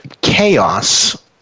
chaos